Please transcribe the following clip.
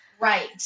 right